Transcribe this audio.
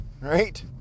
right